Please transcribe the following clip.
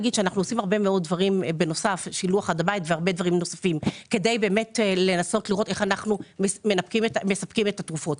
הרבה מאוד דברים כדי לנסות ולראות איך אנחנו מספקים את התרופות,